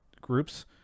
groups